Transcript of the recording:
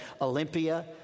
Olympia